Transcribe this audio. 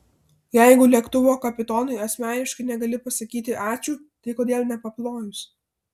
jeigu lėktuvo kapitonui asmeniškai negali pasakyti ačiū tai kodėl nepaplojus